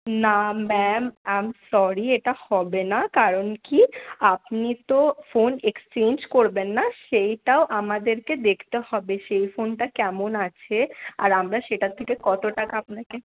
না ma'am am sorry এটা হবে না কারণ কি আপনি তো ফোন এক্সচেঞ্জ করবেন না সেইটাও আমাদেরকে দেখতে হবে সেই ফোনটা কেমন আছে আর আমরা সেটার থেকে কত টাকা আপনাকে